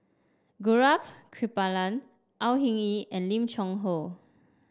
Gaurav Kripalani Au Hing Yee and Lim Cheng Hoe